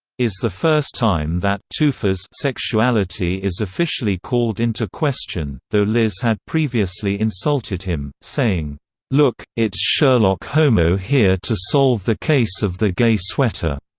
is the first time that toofers sexuality is officially called into question, though liz had previously insulted him, saying look, it's sherlock homo here to solve the case of the gay sweater.